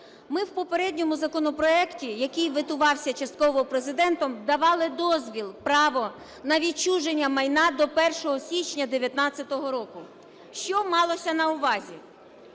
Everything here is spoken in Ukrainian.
ми в попередньому законопроекті, який ветувався частково Президентом, давали дозвіл, право на відчуження майна до 1 січня 19-го року. Що малося на увазі?